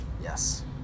Yes